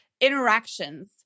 interactions